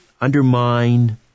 undermine